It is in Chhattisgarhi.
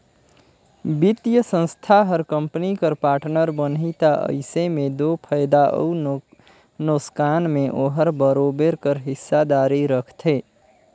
बित्तीय संस्था हर कंपनी कर पार्टनर बनही ता अइसे में दो फयदा अउ नोसकान में ओहर बरोबेर कर हिस्सादारी रखथे